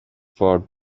for